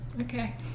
Okay